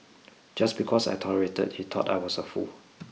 just because I tolerated he thought I was a fool